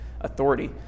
authority